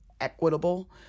equitable